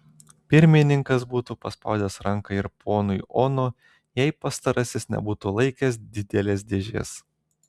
pirmininkas būtų paspaudęs ranką ir ponui ono jei pastarasis nebūtų laikęs didelės dėžės